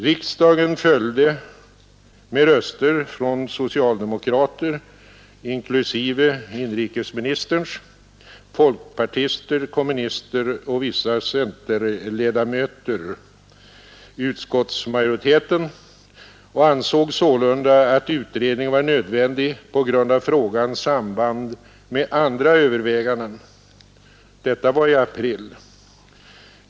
Riksdagen följde, med röster från socialdemokrater — inklusive inrikesministerns — folkpartister, kommunister och vissa centerledamöter utskottsmajoriteten och ansåg sålunda att utredning var nödvändig på grund av frågans samband med andra överväganden. — Detta var i april.